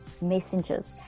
messengers